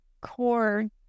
core